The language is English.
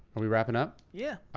are we wrapping up? yeah.